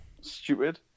Stupid